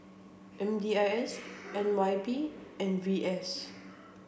M D I S N Y P and V S